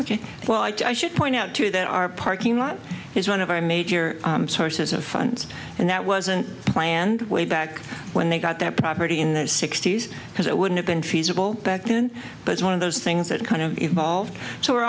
work well i should point out too that our parking lot is one of our major sources of funds and that wasn't planned way back when they got their property in their sixty's because it wouldn't have been feasible back then but it's one of those things that kind of evolved so we're